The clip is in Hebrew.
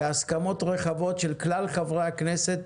בהסכמות רחבות של כלל חברי הכנסת,